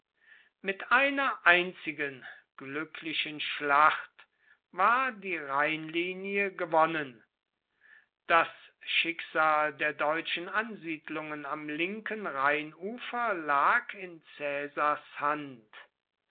mit einer einzigen glücklichen schlacht war die rheinlinie gewonnen das schicksal der deutschen ansiedlungen am linken rheinufer lag in caesars hand